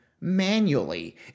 manually